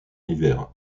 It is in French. l’hiver